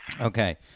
Okay